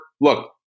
Look